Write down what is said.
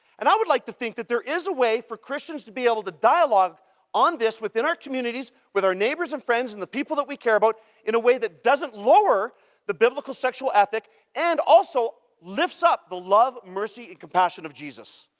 and i would like to think that there is a way for christians to be able to dialogue on this within our communities with our neighbors and friends and the people that we care about in a way that doesn't lower the biblical sexual ethic and also lifts us the love, mercy, and compassion of jesus.